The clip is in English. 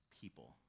People